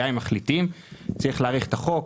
גם אם מחליטים, צריך להאריך את החוק.